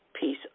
piece